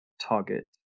target